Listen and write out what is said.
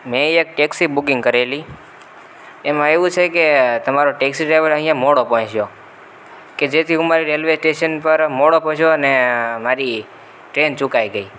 મેં એક taxi booking કરેલી એમાં એવું છે કે તમારો ટેક્સી ડ્રાઈવર અહીંયા મોડો પહોંચ્યો કે જેથી હું મારી રેલવે ટેશન પર મોડો પહોંચ્યો અને મારી ટ્રેન ચૂકાઈ ગઈ